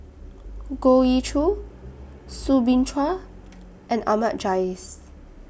Goh Ee Choo Soo Bin Chua and Ahmad Jais